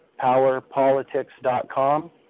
powerpolitics.com